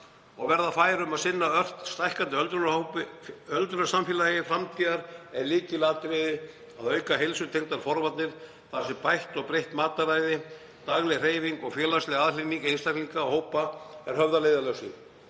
og verða fær um að sinna ört stækkandi öldrunarsamfélagi framtíðar er lykilatriði að auka heilsutengdar forvarnir þar sem bætt og breytt mataræði, dagleg hreyfing og félagsleg aðhlynning einstaklinga og hópa er höfð að leiðarljósi.